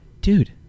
dude